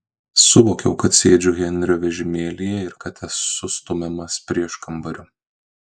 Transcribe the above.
suvokiau kad sėdžiu henrio vežimėlyje ir kad esu stumiamas prieškambariu